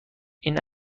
این